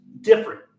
different